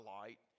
light